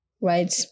right